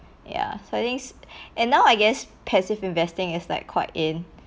ya so I think is and now I guess passive investing is like quite in